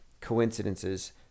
coincidences